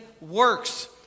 works